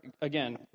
again